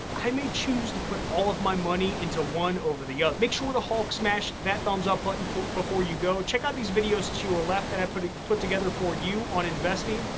i may choose to put all of my money into one over the other. make sure to hulk smash that thumbs up button before you go. check out these videos to your left that i put ah put together for you on investing.